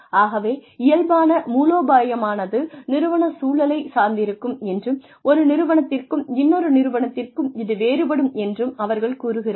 ஆகவே இயல்பான மூலோபாயமானது நிறுவனச் சூழலைச் சார்ந்திருக்கும் என்றும் ஒரு நிறுவனத்திற்கும் இன்னொரு நிறுவனத்திற்கும் இது வேறுபடும் என்றும் அவர்கள் கூறுகிறார்கள்